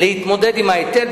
להתמודד עם ההיטל.